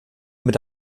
mit